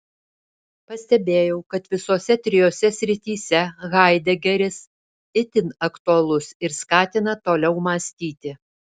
pastebėjau kad visose trijose srityse haidegeris itin aktualus ir skatina toliau mąstyti